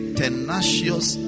tenacious